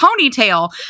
ponytail